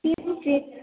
किं